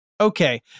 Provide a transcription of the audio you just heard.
Okay